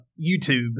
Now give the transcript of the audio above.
YouTube